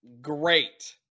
great